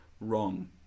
wrong